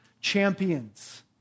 champions